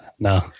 No